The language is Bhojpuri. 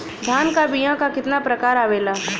धान क बीया क कितना प्रकार आवेला?